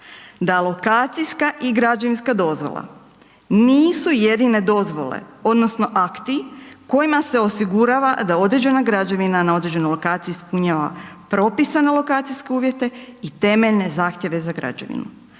da lokacijska i građevinska dozvola nisu jedine dozvole odnosno akti kojima se osigurava da određena građevina na određenoj lokaciji ispunjava propisane lokacijske uvjete i temeljne zahtjeve za građevinu.